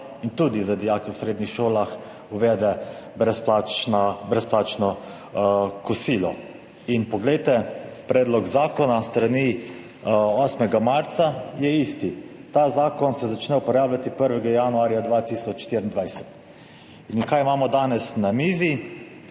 in tudi za dijake v srednjih šolah uvede brezplačno kosilo. In poglejte, predlog zakona s strani 8. marca je isti. Ta zakon se začne uporabljati 1. januarja 2024. In kaj imamo danes na mizi?